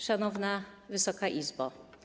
Szanowna Wysoka Izbo!